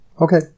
Okay